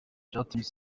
byatumye